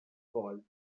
called